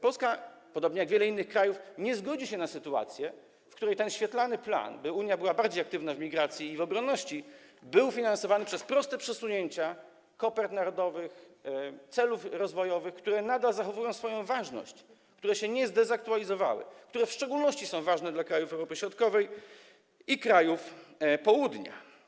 Polska, podobnie jak wiele innych krajów, nie zgodzi się na sytuację, w której ten świetlany plan, by Unia była bardziej aktywna w migracji i w obronności, był finansowany przez proste przesunięcia kopert narodowych, celów rozwojowych, które nadal zachowują swoją ważność, które się nie zdezaktualizowały, które w szczególności są ważne dla krajów Europy Środkowej i krajów południa.